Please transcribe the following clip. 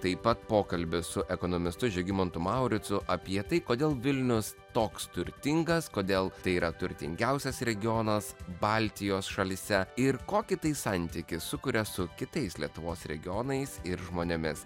taip pat pokalbis su ekonomistu žygimantu mauricu apie tai kodėl vilnius toks turtingas kodėl tai yra turtingiausias regionas baltijos šalyse ir kokį tai santykį sukuria su kitais lietuvos regionais ir žmonėmis